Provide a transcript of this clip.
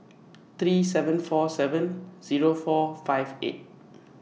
three seven four seven Zero four five eight